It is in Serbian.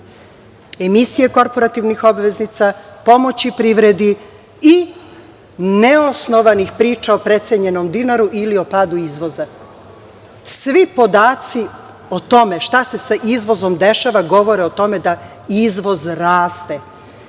emisije korporativnih obveznica, pomoći privredi i neosnovanih priča o precenjenom dinaru ili o padu izvoza. Svi podaci o tome šta se sa izvozom dešava govore o tome da izvoz raste